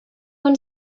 one